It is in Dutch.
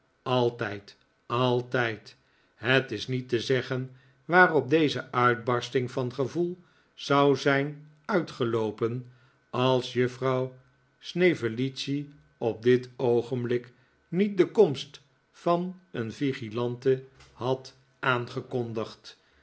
altijd altijd het is niet te zeggen waarop deze uitbarsting van gevoel zou zijn uitgeloopen als juffrouw snevellicci op dit oogenblik niet de komst van een vigilante had aangekondigd